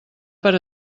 per